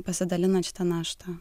pasidalina šitą naštą